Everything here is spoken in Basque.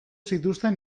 zituzten